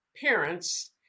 parents